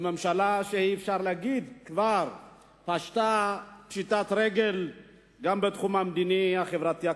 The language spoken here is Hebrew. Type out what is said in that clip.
זו ממשלה שכבר אפשר להגיד שהיא פשטה רגל גם בתחום המדיני-החברתי-הכלכלי.